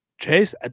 chase